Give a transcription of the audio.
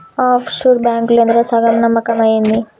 half sure బాంకులేందిరా, సగం నమ్మకమా ఏంది